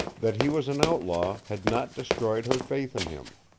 that he was an outlaw had not destroyed her faith in him.